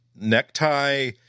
necktie